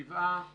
הצבעה בעד,